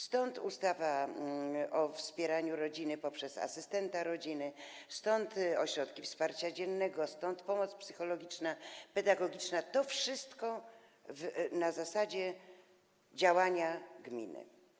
Stąd w ustawie o wspieraniu rodziny wspieranie rodziny poprzez asystenta rodziny, stąd ośrodki wsparcia dziennego, stąd pomoc psychologiczna, pedagogiczna - to wszystko na zasadzie działania gminy.